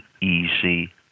easy